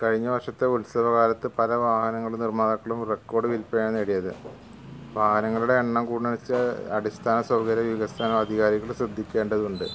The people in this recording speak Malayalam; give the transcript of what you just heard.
കഴിഞ്ഞ വര്ഷത്തെ ഉത്സവ കാലത്ത് പല വാഹനങ്ങളുടെ നിര്മ്മാണത്തിലും റെക്കോർഡ് വില്പ്പന നേടിയത് വാഹനങ്ങളുടെ എണ്ണം കൂടുന്നെന്നു വെച്ചാൽ അടിസ്ഥാന സൗകര്യ വികസന അധികാരികള് ശ്രദ്ധിക്കേണ്ടതുണ്ട്